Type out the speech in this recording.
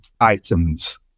items